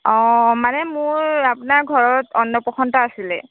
অঁ মানে মোৰ আপোনাৰ ঘৰত অন্নপ্ৰসন এটা আছিলে